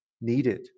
needed